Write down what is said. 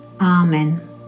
amen